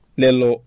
lelo